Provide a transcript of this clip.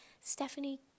Stephanie